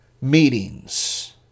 meetings